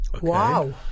Wow